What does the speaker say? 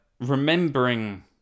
remembering